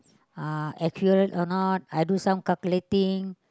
uh accurate or not I do some calculating